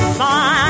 fine